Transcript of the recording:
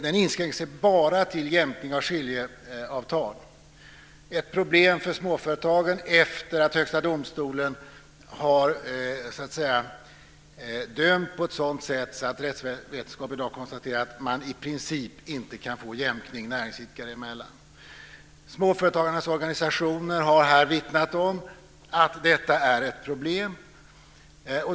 Den inskränker sig till enbart jämkning av skiljeavtal, ett problem för småföretagen efter att Högsta domstolen så att säga har dömt på ett sådant sätt att rättsväsendet i dag konstaterar att man i princip inte kan få jämkning näringsidkare emellan. Småföretagarnas organisationer har vittnat om att detta är ett problem.